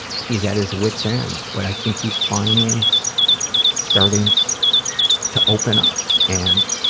he is at his wits end but i think he is finally starting to open up and